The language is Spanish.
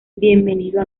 bienvenido